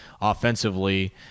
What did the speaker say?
offensively